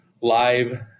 live